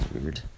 weird